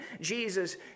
Jesus